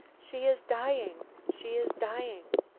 she is dying! she is dying!